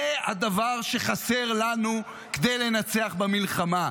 זה הדבר שחסר לנו כדי לנצח במלחמה.